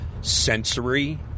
Sensory